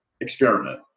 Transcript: Experiment